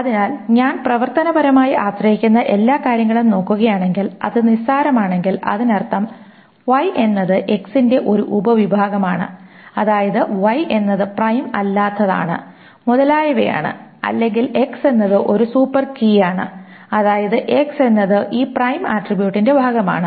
അതിനാൽ പ്രവർത്തനപരമായി ആശ്രയിക്കുന്ന എല്ലാ കാര്യങ്ങളും നോക്കുകയാണെങ്കിൽ അത് നിസ്സാരമാണെങ്കിൽ അതിനർത്ഥം Y എന്നത് X ന്റെ ഒരു ഉപവിഭാഗമാണ് അതായത് Y എന്നത് പ്രൈം അല്ലാത്തതാണ് മുതലായവയാണ് അല്ലെങ്കിൽ X എന്നത് ഒരു സൂപ്പർ കീയാണ് അതായത് X എന്നത് ഈ പ്രൈം ആട്രിബ്യൂട്ടിന്റെ ഭാഗമാണ്